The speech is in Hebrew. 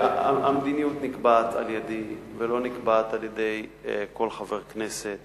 והמדיניות נקבעת על-ידי ולא נקבעת על-ידי כל חבר כנסת